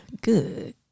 Good